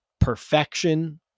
perfection